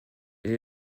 elle